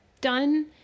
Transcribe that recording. done